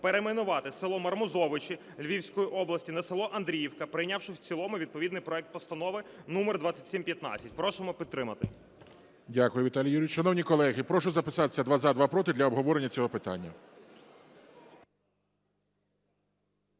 перейменувати село Мармузовичі Львівської області на село Андріївка, прийнявши в цілому відповідний проект Постанови номер 2715. Просимо підтримати. ГОЛОВУЮЧИЙ. Дякую, Віталій Юрійович. Шановні колеги, прошу записатися: два – за, два – проти, для обговорення цього питання.